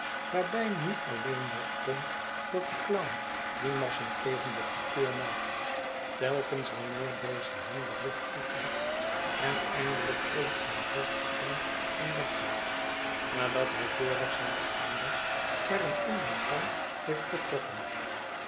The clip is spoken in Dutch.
waarbij nu alleen nog komt dat de clown grimassen tegen den pikeur maakt telkens wanneer deze hem den rug toekeert en eindelijk over zijn hoofd springt en wegloopt nadat hij vooraf zijne aandacht naar een anderen kant heeft getrokken